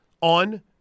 on